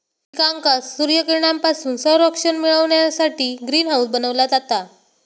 पिकांका सूर्यकिरणांपासून संरक्षण मिळण्यासाठी ग्रीन हाऊस बनवला जाता